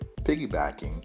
piggybacking